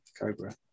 Cobra